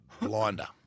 blinder